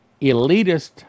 elitist